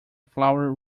flower